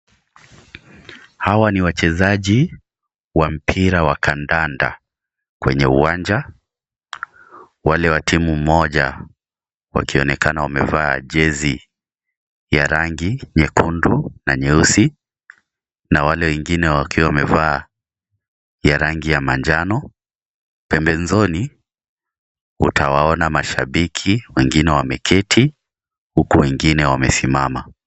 Hawa ni wachezaji wa mpira wa kandanda kwenye uwanja, wale wa timu moja wakionekana wamevaa jezi ya rangi nyekundu Na nyeusi na wale wengine wakiwa wameva ya rangi ya manjano. Pembezoni utawaona mashabiki wengine wameketi huku wengine wamesimama.